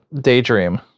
daydream